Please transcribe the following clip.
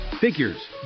figures